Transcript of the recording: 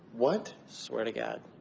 what? swear to god.